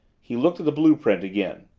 he looked at the blue-print again.